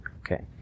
Okay